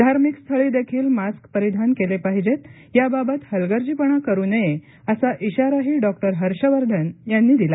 धार्मिक स्थळी देखील मास्क परिधान केले पाहिजेत याबाबत हलगर्जीपणा करु नये असा इशाराही डॉक्टर हर्षवर्धन यांनी दिला